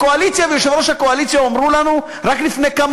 הקואליציה ויושב-ראש הקואליציה אמרו לנו רק לפני כמה